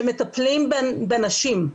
שמטפלים בנשים,